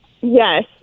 Yes